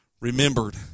remembered